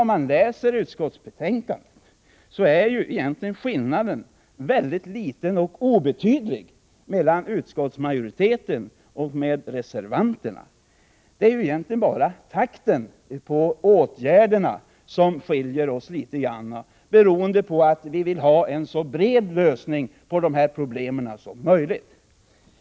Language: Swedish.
Om man läser utskottsbetänkandet finner man att skillnaden mellan utskottsmajoritetens och reservanternas uppfattning är obetydlig. Det är egentligen bara när det gäller i vilken takt åtgärderna skall vidtagas som åsikterna skiljer sig, beroende på att man vill ha en så bred lösning på dessa problem som möjligt.